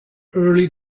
early